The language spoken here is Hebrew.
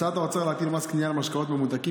הצעת האוצר להטיל מס קנייה על משקאות ממותקים